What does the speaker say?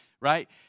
right